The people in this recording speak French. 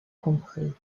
compris